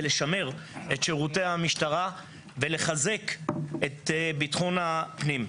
לשמר את שירותי המשטרה ולחזק את ביטחון הפנים,